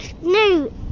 no